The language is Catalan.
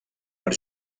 per